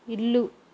ఇల్లు